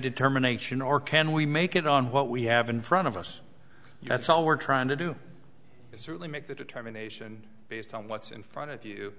determination or can we make it on what we have in front of us and that's all we're trying to do is really make the determination based on what's in front of you